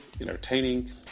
entertaining